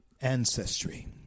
ancestry